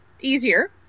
easier